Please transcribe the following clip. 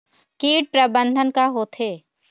कीट प्रबंधन का होथे?